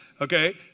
Okay